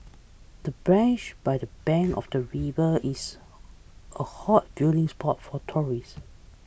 the branch by the bank of the river is a hot viewing spot for tourists